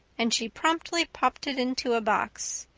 and she promptly popped it into a box.